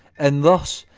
and thus,